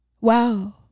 Wow